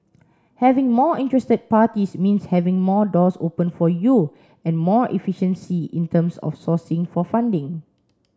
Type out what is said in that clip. having more interested parties means having more doors open for you and more efficiency in terms of sourcing for funding